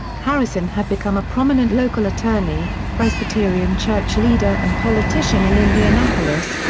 harrison had become a prominent local attorney, presbyterian church leader and politician in indianapolis,